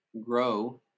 grow